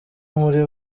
muri